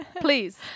please